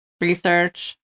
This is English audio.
research